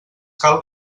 cal